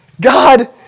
God